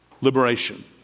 liberation